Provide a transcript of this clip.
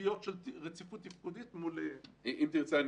ציפיות לרציפות תפקודית --- אם תרצה,